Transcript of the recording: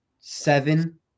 Seven